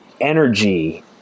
energy